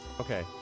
Okay